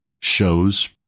shows